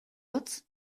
hotz